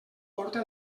porte